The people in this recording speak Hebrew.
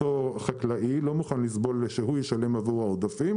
אותו חקלאי לא מוכן לסבול שהוא ישלם עבור העודפים,